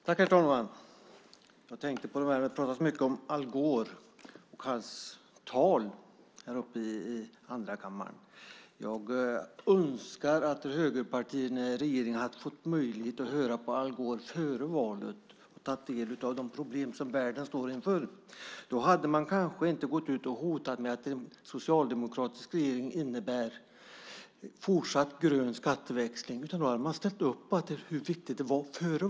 Herr talman! Jag tänkte på att det har talats mycket om Al Gores tal i Andrakammarsalen. Jag önskar att högerpartierna i regeringen hade fått möjlighet att höra på Al Gore före valet och tagit del av de problem som världen står inför. Då hade man kanske inte gått ut och hotat med att en socialdemokratisk regering skulle innebära fortsatt grön skatteväxling. Då hade man före valet ställt upp på hur viktigt det här är.